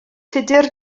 tudur